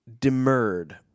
demurred